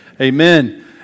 Amen